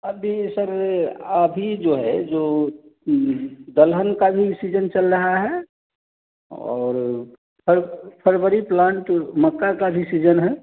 अब ये सर अभी जो है जो दलहन का भी सीजन चल रहा है और फ़रवरी प्लांट मक्का का भी सीजन है